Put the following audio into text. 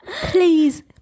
Please